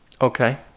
Okay